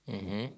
mmhmm